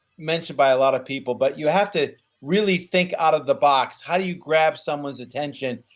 mentioned by a lot of people, but you have to really think out of the box. how do you grab someone's attention,